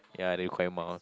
ya the required amount